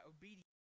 obedience